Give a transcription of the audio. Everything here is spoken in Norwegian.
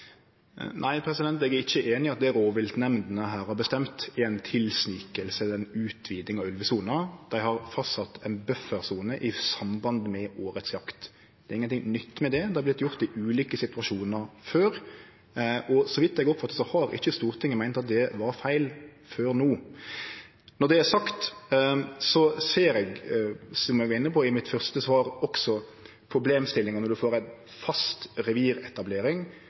eg er ikkje einig i at det rovviltnemndene her har bestemt, er ei tilsniking eller utviding av ulvesona. Dei har fastsett ei buffersone i samband med årets jakt. Det er ingenting nytt med det. Det har vorte gjort i ulike situasjonar før, og så vidt eg har oppfatta det, har ikkje Stortinget meint at det var feil før no. Når det er sagt, ser eg, som eg var inne på i mitt første svar, også problemstillinga når ein får ei fast reviretablering